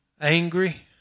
angry